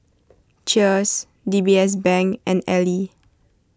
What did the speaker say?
Cheers DBS Bank and Elle